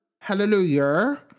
Hallelujah